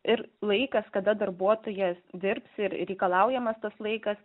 ir laikas kada darbuotojas dirbs ir reikalaujamas tas laikas